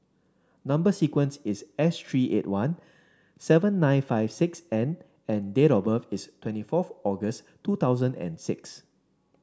number sequence is S three eight one seven nine five six N and date of birth is twenty fourth August two thousand and six